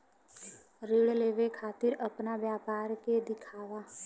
ऋण लेवे के खातिर अपना व्यापार के दिखावा?